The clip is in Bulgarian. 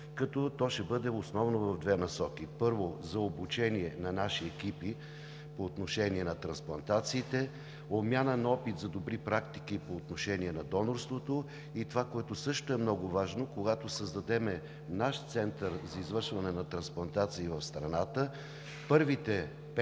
като то ще бъде основно в две насоки: първо, за обучение на наши екипи по отношение на трансплантациите, обмяна на опит за добри практики по отношение на донорството и това, което също е много важно – когато създадем наш център за извършване на трансплантации в страната, първите пет